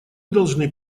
должны